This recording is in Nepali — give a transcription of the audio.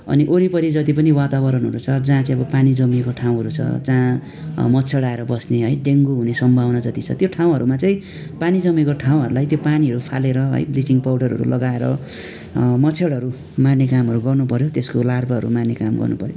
अनि वरिपरि जति पनि वातावरणहरू छ जहाँ चाहिँ अब पानी जमिएको ठाउँहरू छ जहाँ मच्छर आएर बस्ने है डेङ्गु हुने सम्भावना जति छ त्यो ठाउँहरूमा चाहिँ पानी जमिएको ठाउँहरूलाई त्यो पानीहरू फालेर है ब्लिचिङ पाउडरहरू लगाएर मच्छरहरू मार्ने कामहरू गर्नुपऱ्यो त्यसको लार्भाहरू मार्ने काम गर्नुपऱ्यो